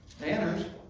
banners